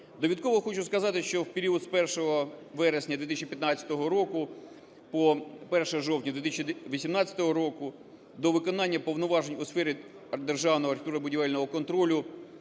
Довідково хочу сказати, що в період з 1 вересня 2015 року по 1 жовтня 2018 року до виконання повноважень у сфері державного архітектурно-будівельного контролю